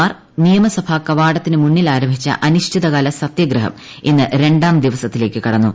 മാർ നിയമസഭാ കവാടത്തിനു മുന്നിൽ ആരംഭിച്ച അനിശ്ചിതകാല സത്യഗ്രഹം ഇന്ന് രണ്ടാം ദിവസത്തിലേക്ക് കടന്നു